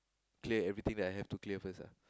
kay everything that I have to clear first